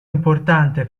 importante